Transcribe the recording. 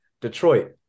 Detroit